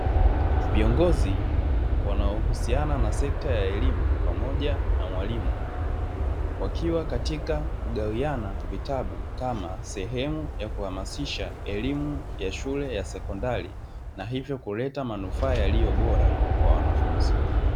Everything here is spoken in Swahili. Viongozi wanaohusiana na sekta ya elimu pamoja na mwalimu, wakiwa katika kugawiana vitabu kama sehemu ya kuhamasisha elimu ya shule ya sekondari na hivyo kuleta manufaa yaliyo bora kwa wanafunzi.